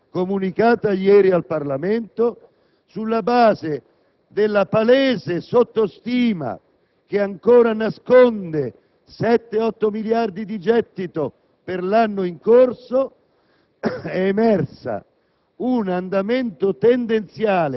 nella Nota di aggiornamento al DPEF comunicata ieri al Parlamento, sulla base della palese sottostima che ancora nasconde sette od otto miliardi di gettito per l'anno in corso,